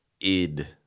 id